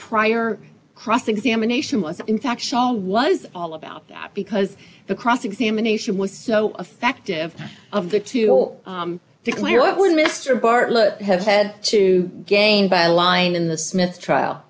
prior cross examination was in fact show was all about that because the cross examination was so effective of the to declare what would mr bartlett have said to gain by lying in the smith trial